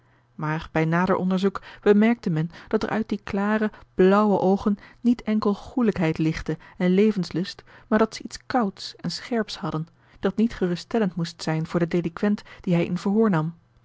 maar bij nader onderzoek bemerkte men dat er uit die klare blauwe oogen niet enkel goêlijkheid lichtte en levenslust maar dat ze iets kouds en scherps hadden dat niet geruststellend moest zijn voor den delinquent dien hij in verhoor nam